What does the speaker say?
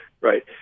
right